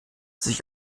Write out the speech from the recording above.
sich